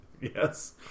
Yes